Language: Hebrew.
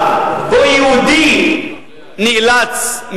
שבו יהודי נאלץ,